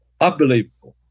unbelievable